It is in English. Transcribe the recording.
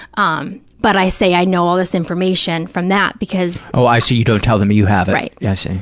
um but i say i know all this information from that, because paul oh, i see, you don't tell them you have it. right. yeah, i see.